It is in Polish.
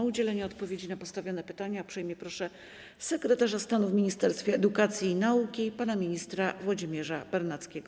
O udzielenie odpowiedzi na postawione pytania uprzejmie proszę sekretarza stanu w Ministerstwie Edukacji i Nauki pana ministra Włodzimierza Bernackiego.